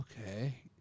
Okay